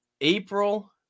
April